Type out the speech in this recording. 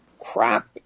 Crap